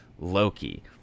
loki